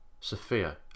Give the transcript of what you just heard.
Sophia